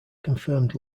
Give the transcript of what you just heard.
confirmed